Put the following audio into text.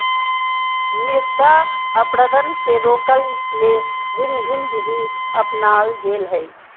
मृदा अपरदन के रोकय ले भिन्न भिन्न विधि अपनाल गेल हइ